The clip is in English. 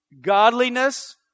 Godliness